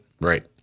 right